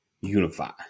unify